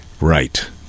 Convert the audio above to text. Right